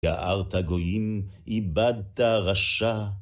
גערת גויים, איבדת רשע.